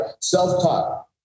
Self-taught